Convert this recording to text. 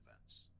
events